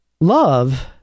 Love